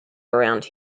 around